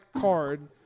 card